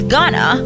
Ghana